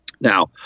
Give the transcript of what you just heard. Now